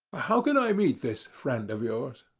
how could i meet this friend of yours?